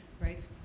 Right